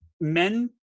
men